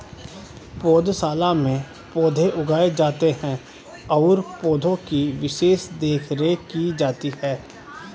पौधशाला में पौधे उगाए जाते हैं और पौधे की विशेष देखरेख की जाती है